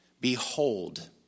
Behold